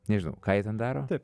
nežinau ką ten daro